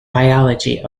biology